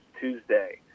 Tuesday